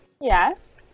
Yes